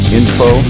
info